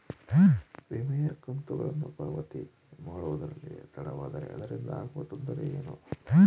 ವಿಮೆಯ ಕಂತುಗಳನ್ನು ಪಾವತಿ ಮಾಡುವುದರಲ್ಲಿ ತಡವಾದರೆ ಅದರಿಂದ ಆಗುವ ತೊಂದರೆ ಏನು?